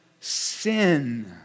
Sin